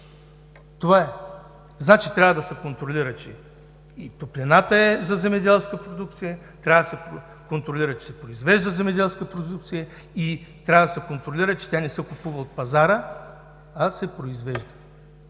Това е. Трябва да се контролира – и топлината е за земеделска продукция, трябва да се контролира, че се произвежда земеделска продукция и трябва да се контролира, че тя не се купува от пазара, а се произвежда